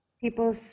people